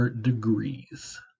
degrees